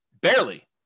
Barely